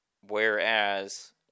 Whereas